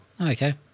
okay